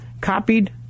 copied